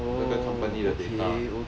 那个 company 的 data